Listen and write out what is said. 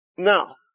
now